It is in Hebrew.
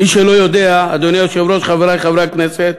מי שלא יודע, אדוני היושב-ראש, חברי חברי הכנסת,